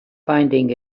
finding